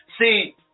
see